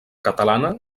catalana